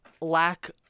lack